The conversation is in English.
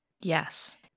Yes